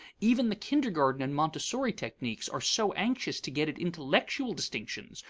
even the kindergarten and montessori techniques are so anxious to get at intellectual distinctions,